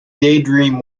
daydream